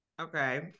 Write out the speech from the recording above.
Okay